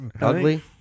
ugly